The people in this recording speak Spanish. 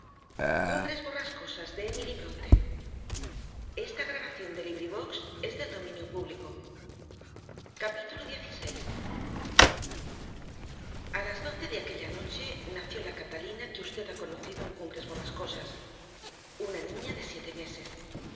capítulo dieciséis a las doce de aquella noche nació la catalina que usted ha conocido en cumbres borrascosas una niña de siete meses